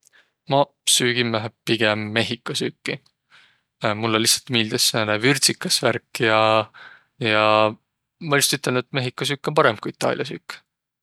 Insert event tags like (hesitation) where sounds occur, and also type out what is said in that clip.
Maq süü kimmähe pigemb mehhigo süüki. (hesitation) Mullõ lihtsält miildüs sääne vürdsikäs värk ja ma lihtsält ütelnüq, et mehhigo süük om parõmb ku itaalia süük.